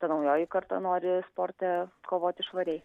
ta naujoji karta nori sporte kovoti švariai